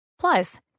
Plus